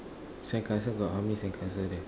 sandcastle got how many sandcastle there